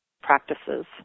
practices